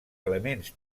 elements